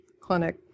clinic